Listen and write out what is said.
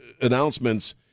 announcements